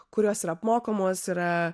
kur jos ir apmokomos yra